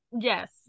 Yes